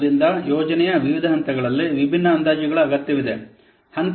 ಆದ್ದರಿಂದ ಯೋಜನೆಯ ವಿವಿಧ ಹಂತಗಳಲ್ಲಿ ವಿಭಿನ್ನ ಅಂದಾಜುಗಳ ಅಗತ್ಯವಿದೆ